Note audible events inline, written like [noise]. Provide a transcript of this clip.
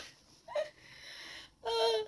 [laughs]